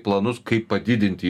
planus kaip padidinti